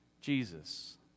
Jesus